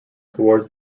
towards